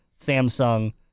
Samsung